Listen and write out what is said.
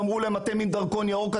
אמרו להם: "אתם עם דרכון ירוק,